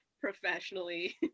professionally